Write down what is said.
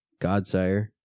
Godsire